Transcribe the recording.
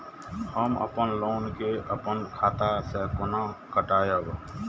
हम अपन लोन के अपन खाता से केना कटायब?